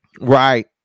right